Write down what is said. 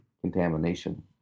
contamination